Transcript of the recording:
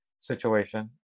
situation